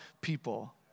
people